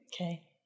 Okay